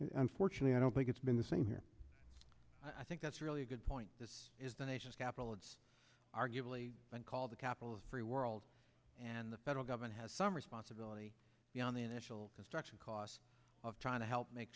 unfortunately i don't think it's been the same here i think that's really a good point this is the nation's capital it's arguably been called the capital of the free world and the federal government has some responsibility on the initial construction cost of trying to help make